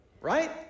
right